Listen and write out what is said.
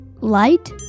Light